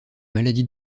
maladies